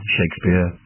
Shakespeare